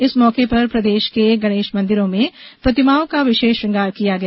इस मौके पर प्रदेश के गणेश मंदिरों में प्रतिमाओं का विशेष श्रंगार किया गया